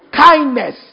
kindness